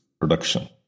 production